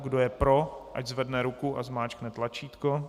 Kdo je pro, ať zvedne ruku a zmáčkne tlačítko.